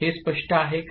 हे स्पष्ट आहे का